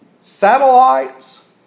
satellites